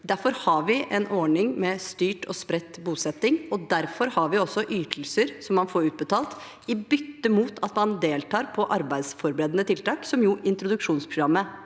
Derfor har vi en ordning med styrt og spredt bo setting, og derfor har vi også ytelser som man får utbetalt i bytte mot at man deltar på arbeidsforberedende tiltak, som jo introduksjonsprogrammet